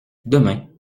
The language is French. demain